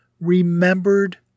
remembered